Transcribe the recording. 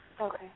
Okay